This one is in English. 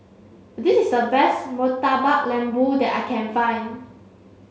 this is the best Murtabak Lembu that I can find